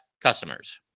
customers